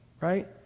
right